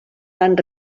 van